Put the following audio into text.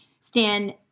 Stan